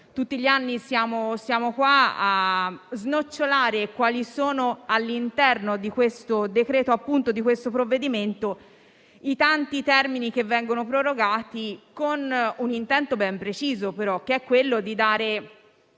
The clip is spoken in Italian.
tutti gli anni siamo qui a snocciolare quali sono all'interno di questo provvedimento i tanti termini che vengono prorogati con un intento ben preciso, però, che è quello di far